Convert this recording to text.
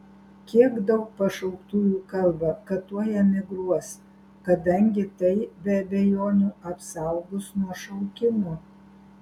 kiek daug pašauktųjų kalba kad tuoj emigruos kadangi tai be abejonių apsaugos nuo šaukimo